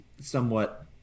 somewhat